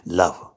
love